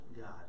God